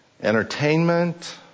entertainment